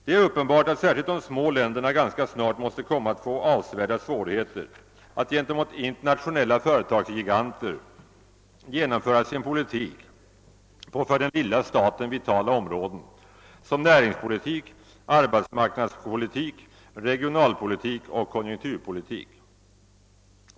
Det är uppenbart att särskilt de små länderna ganska snart måste komma att få avsevärda svårigheter att gentemot internationella företagsgiganter genomföra sin politik på för den lilla staten vitala områden som <:näringspolitik, arbetsmarknadspolitik, regionalpolitik och konjunkturpolitik.